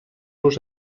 los